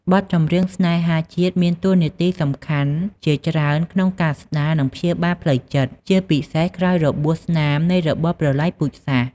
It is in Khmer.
បទចម្រៀងស្នេហាជាតិមានតួនាទីសំខាន់ជាច្រើនក្នុងការស្ដារ និងព្យាបាលផ្លូវចិត្ត ជាពិសេសក្រោយរបួសស្នាមនៃរបបប្រល័យពូជសាសន៍។